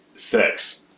Sex